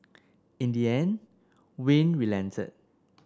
in the end Wayne relented